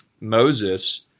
Moses